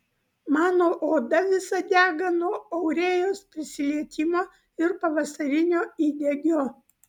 mano oda visa dega nuo aurėjos prisilietimo ir pavasarinio įdegio